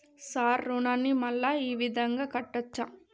Sir రుణాన్ని మళ్ళా ఈ విధంగా కట్టచ్చా?